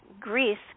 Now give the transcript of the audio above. Greece